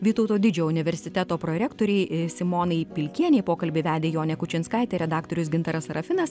vytauto didžiojo universiteto prorektorei simonai pilkienei pokalbį vedė jonė kučinskaitė redaktorius gintaras serafinas